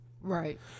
right